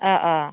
अ अ